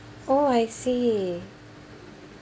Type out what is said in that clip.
oh I see